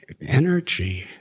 energy